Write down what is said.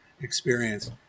experience